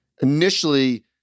Initially